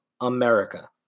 America